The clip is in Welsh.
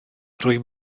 rwy